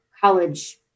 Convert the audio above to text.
college